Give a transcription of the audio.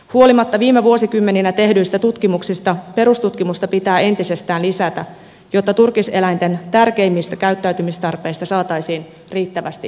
huolimatta viime vuosikymmeninä tehdyistä tutkimuksista perustutkimusta pitää entisestään lisätä jotta turkiseläinten tärkeimmistä käyttäytymistarpeista saataisiin riittävästi tietoa